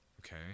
okay